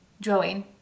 drawing